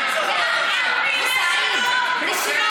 רוע